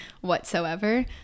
whatsoever